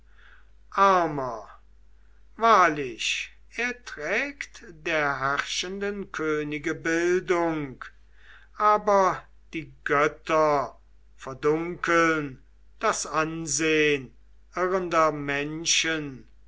armer wahrlich er trägt der herrschenden könige bildung aber die götter verdunkeln das ansehn irrender menschen